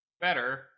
better